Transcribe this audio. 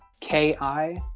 k-i